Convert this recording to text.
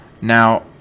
Now